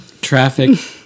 Traffic